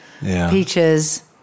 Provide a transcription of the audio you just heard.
peaches